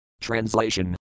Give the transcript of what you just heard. Translation